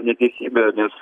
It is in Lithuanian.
neteisybė nes